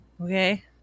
Okay